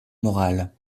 morale